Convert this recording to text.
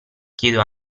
chiedo